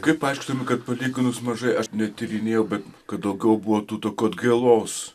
kaip paaiškintumėt kad palyginus mažai aš netyrinėjau bet kad daugiau buvo tų tokių atgailos